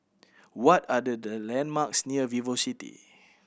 what are the landmarks near VivoCity